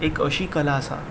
एक अशी कला आसा